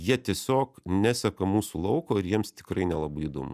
jie tiesiog neseka mūsų lauko ir jiems tikrai nelabai įdomu